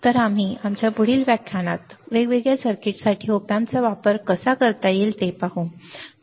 तर आम्ही आमच्या पुढील व्याख्यानात वेगवेगळ्या सर्किट्ससाठी op amps चा वापर कसा करता येईल ते पाहू